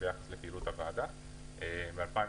ב-2018